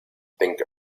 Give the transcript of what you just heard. think